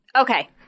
Okay